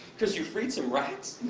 cause you freed some rats?